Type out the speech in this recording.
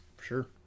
sure